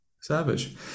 Savage